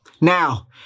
Now